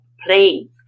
playing